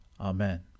Amen